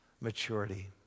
maturity